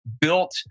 built